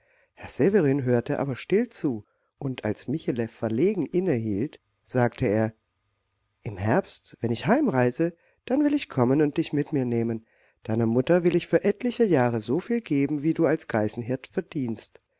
herr severin hörte aber still zu und als michele verlegen innehielt sagte er im herbst wenn ich heimreise dann will ich kommen und dich mit mir nehmen deiner mutter will ich für etliche jahre so viel geben wie du als geißenhirt verdienst